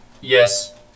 Yes